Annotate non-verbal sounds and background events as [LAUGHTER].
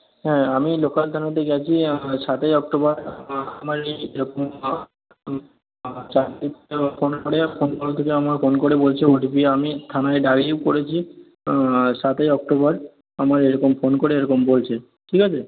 হ্যাঁ আমি লোকাল থানাতে গেছি সাতই অক্টোবর আমার [UNINTELLIGIBLE] ফোন করে করে আমার ফোন করে বলছে ওটিপি আমি থানায় ডাইরিও করেছি সাতই অক্টোবর আমায় এরকম ফোন করে এরকম বলছে ঠিক আছে